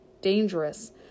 Dangerous